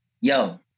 yo